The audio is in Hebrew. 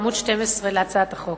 בעמוד 12 לדברי ההסבר של הצעת החוק,